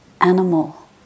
animal